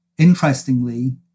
interestingly